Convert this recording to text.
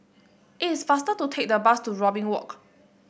it is faster to take the bus to Robin Walk